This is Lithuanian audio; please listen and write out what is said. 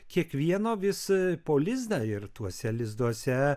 kiekvieno vis po lizdą ir tuose lizduose